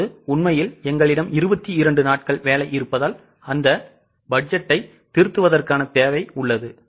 இப்போது உண்மையில் எங்களிடம் 22 நாட்கள் வேலை இருப்பதால் அந்த பட்ஜெட்டை திருத்துவதற்கான தேவை உள்ளது